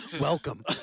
Welcome